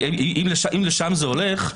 אם לשם זה הולך,